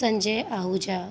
Sanjay Ahuja